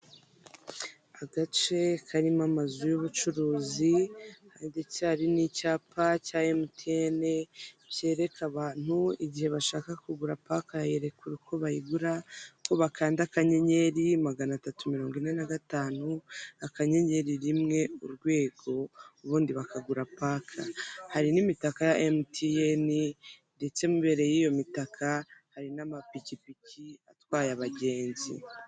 Agace karimo amazu y'ubucuruzi ndetse hari n'icyapa cya emutiyene byereka abantu igihe bashaka kugura pake ya irekura, uko bayigura ko bakanda akanyenyeri magana atatu, mirongo ine na gatanu, akanyengeri rimwe urwego, ubundi bakagura pake hari n'imitaka ya emutiyene ndetse imbere y'iyo mitaka hari n'amapikipiki atwaye abagenzi.